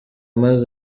maze